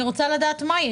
אני רוצה לדעת מה ההיגיון.